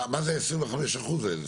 מה זה 25% האלה?